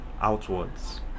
outwards